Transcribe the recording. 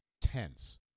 tense